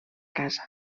casa